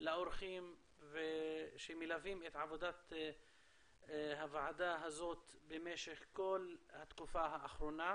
לאורחים שמלווים את עבודת הוועדה הזאת במשך כל התקופה האחרונה,